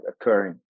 occurring